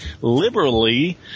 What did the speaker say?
Liberally